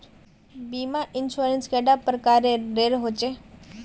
बीमा इंश्योरेंस कैडा प्रकारेर रेर होचे